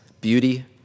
beauty